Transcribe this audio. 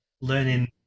learning